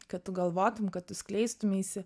kad tu galvotum kad skleistumeisi